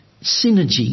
Synergy